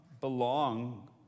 belong